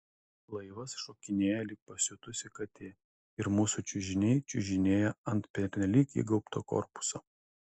laivas šokinėja lyg pasiutusi katė ir mūsų čiužiniai čiužinėja ant pernelyg įgaubto korpuso